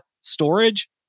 storage